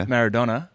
Maradona